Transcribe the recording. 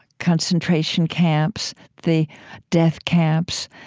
concentration camps, the death camps,